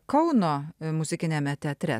kauno muzikiniame teatre